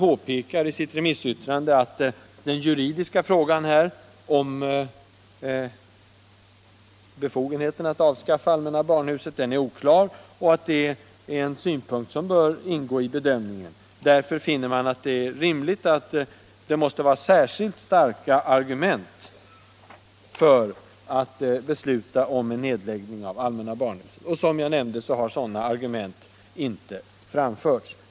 I sitt remissyttrande påpekar man att den juridiska frågan om befogenheten att avskaffa allmänna barnhuset är oklar och att det är en synpunkt som bör ingå i bedömningen. Därför finner man att det måste vara särskilt starka argument för att besluta om en nedläggning av allmänna barnhuset, och som jag nämnde har några sådana argument inte framförns.